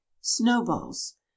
snowballs